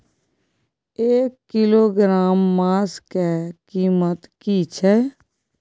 एक किलोग्राम मांस के कीमत की छै?